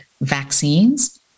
vaccines